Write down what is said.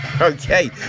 Okay